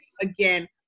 again